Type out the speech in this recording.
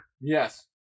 Yes